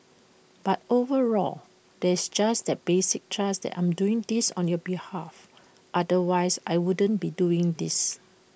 but overall there's that basic trust that I'm doing this on your behalf otherwise I wouldn't be doing this